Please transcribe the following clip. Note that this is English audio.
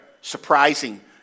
surprising